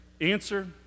Answer